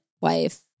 wife